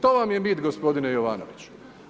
To vam je bit, gospodine Jovanoviću.